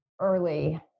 early